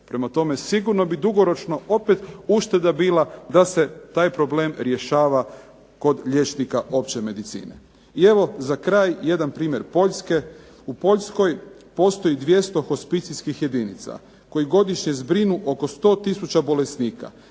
Prema tome, sigurno bi dugoročno opet ušteda bila da se taj problem rješava kod liječnika opće medicine. I evo za kraj jedan primjer Poljske. U Poljskoj postoji 200 hospicijskih jedinica koji godišnje zbrinu oko 10 tisuća bolesnika